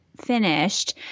finished